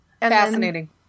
Fascinating